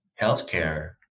healthcare